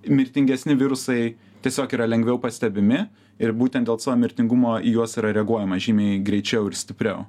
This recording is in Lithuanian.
mirtingesni virusai tiesiog yra lengviau pastebimi ir būtent dėl savo mirtingumo į juos yra reaguojama žymiai greičiau ir stipriau